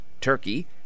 Turkey